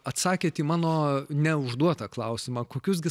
atsakėt į mano neužduotą klausimą kokius gi